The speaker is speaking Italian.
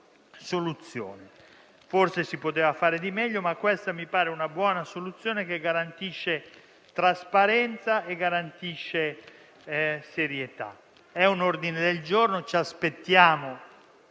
Forse si poteva fare di meglio, ma questa mi pare una buona soluzione che garantisce trasparenza e serietà. È un ordine del giorno: ci aspettiamo